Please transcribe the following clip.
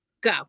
go